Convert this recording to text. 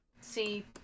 see